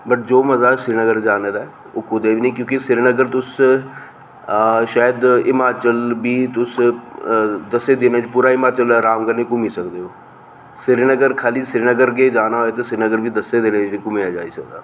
but जो मजा श्रीनगर जाने दा ऐ ओह् कुतै बी नि क्योंकि तुस शायद हिमाचल बी तुस दस्सें दिने च पूरा हिमाचल अराम कन्नै घूमी सकदे ओ श्रीनगर खाल्ली श्रीनगर गै जाना होए ते श्रीनगर बी दस्सें दिनें च घूमेआ जाई सकदा ऐ